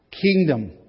kingdom